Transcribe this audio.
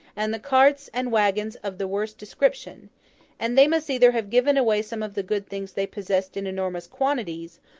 and the carts, and waggons of the worst description and they must either have given away some of the good things they possessed in enormous quantities,